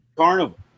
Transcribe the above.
carnival